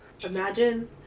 imagine